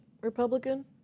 Republican